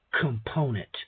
Component